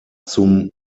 zum